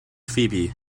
phoebe